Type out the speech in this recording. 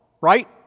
right